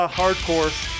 hardcore